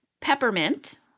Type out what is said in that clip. peppermint